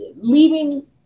leaving